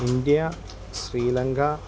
India Sri Lanka